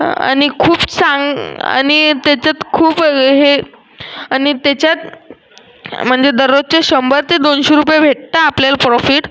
आणि खूप चांग आणि त्याच्यात खूप हे आणि त्याच्यात म्हणजे दररोजचे शंभर ते दोनशे रुपये भेटतात आपल्याला प्रॉफिट